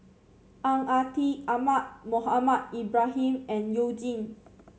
Ang Ah Tee Ahmad Mohamed Ibrahim and You Jin